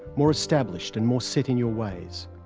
more established and more set in your ways?